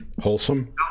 Wholesome